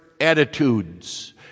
attitudes